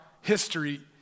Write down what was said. history